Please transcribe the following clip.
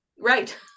Right